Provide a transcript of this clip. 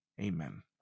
amen